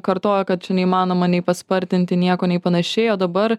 kartojo kad čia neįmanoma nei paspartinti nieko nei panašiai o dabar